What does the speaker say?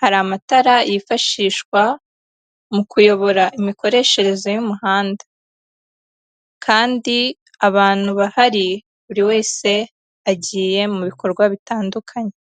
hari amatara yifashishwa mu kuyobora imikoreshereze y'umuhanda, kandi abantu bahari buri wese agiye mu bikorwa bitandukanye.